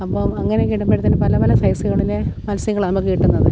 അപ്പോൾ അങ്ങനെ ഒക്കെ ഇടുമ്പോഴത്തേക്കും പല പല സൈസുകളിലെ മൽസ്യങ്ങളാണ് നമുക്ക് കിട്ടുന്നത്